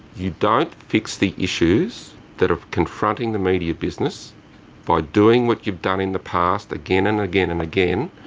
you don't fix the issues that are confronting the media business by doing what you have done in the past, again and again and again,